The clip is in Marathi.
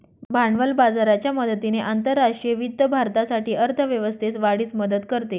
भांडवल बाजाराच्या मदतीने आंतरराष्ट्रीय वित्त भारतासाठी अर्थ व्यवस्थेस वाढीस मदत करते